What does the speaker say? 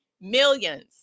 Millions